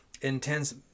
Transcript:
intense